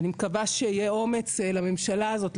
ואני מקווה שיהיה אומץ לממשלה הזאת,